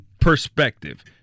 perspective